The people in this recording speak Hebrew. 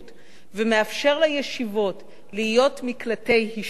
ומאפשר לישיבות להיות מקלטי השתמטות,